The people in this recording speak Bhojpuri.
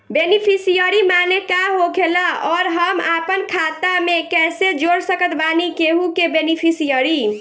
बेनीफिसियरी माने का होखेला और हम आपन खाता मे कैसे जोड़ सकत बानी केहु के बेनीफिसियरी?